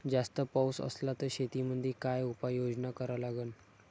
जास्त पाऊस असला त शेतीमंदी काय उपाययोजना करा लागन?